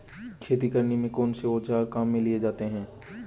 खेती करने में कौनसे औज़ार काम में लिए जाते हैं?